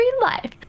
life